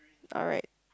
alright